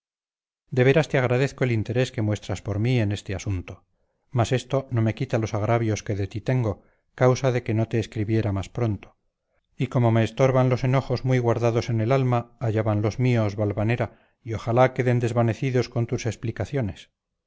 de veras te agradezco el interés que muestras por mí en este asunto mas esto no me quita los agravios que de ti tengo causa de que no te escribiera más pronto y como me estorban los enojos muy guardados en el alma allá van los míos valvanera y ojalá queden desvanecidos con tus explicaciones